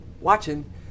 watching